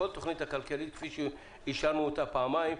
כל התכנית הכלכלית כפי שאישרנו אותה פעמיים,